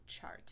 chart